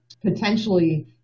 potentially